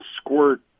squirt